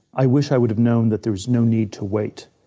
i wish i would have known that there was no need to wait.